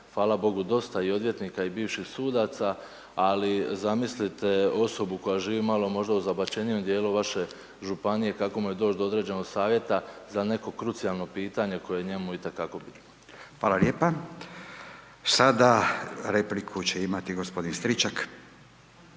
fala bogu dosta i odvjetnika i bivših sudaca, ali zamislite osobu koja živi malo možda u zabačenijem dijelu vaše županije kako mu je doć do određenog savjeta za neko krucijalno pitanje koje je njemu i te kako bitno. **Radin, Furio (Nezavisni)** Hvala lijepa, sada repliku će imati gospodin Stričak.